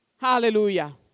Hallelujah